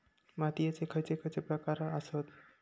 मातीयेचे खैचे खैचे प्रकार आसत?